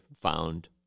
found